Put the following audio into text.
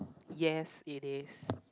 yes it is